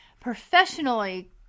professionally